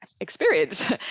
experience